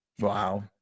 Wow